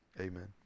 Amen